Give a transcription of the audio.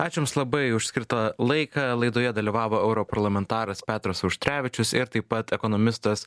ačiū jums labai už skirtą laiką laidoje dalyvavo europarlamentaras petras auštrevičius ir taip pat ekonomistas